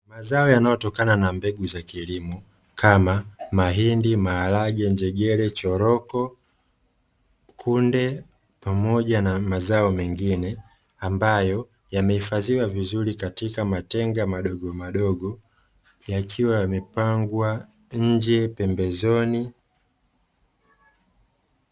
Mazao yanayotokana na mbegu za kilimo kama mahindi, maharage, njegere, choroko, kunde pamoja na mazao mengine ambayo yamehifadhiwa vizuri katika matenga madogo madogo yakiwa yamepangwa nje pembezoni.